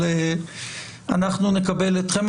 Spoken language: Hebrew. אנחנו נקבל אתכם,